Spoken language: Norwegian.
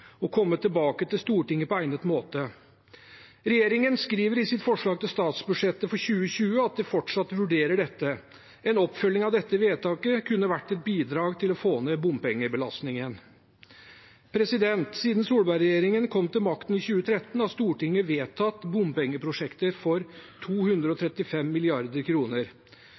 og komme tilbake til Stortinget på egnet måte». Regjeringen skriver i sitt forslag til statsbudsjett for 2020 at de fortsatt vurderer dette. En oppfølging av dette vedtaket kunne vært et bidrag til å få ned bompengebelastningen. Siden Solberg-regjeringen kom til makten i 2013, har Stortinget vedtatt bompengeprosjekter for 235